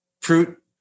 Fruit